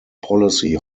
policy